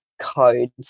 codes